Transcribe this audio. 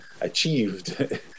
achieved